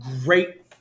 great